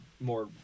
more